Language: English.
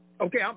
Okay